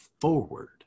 forward